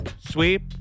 Sweep